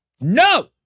no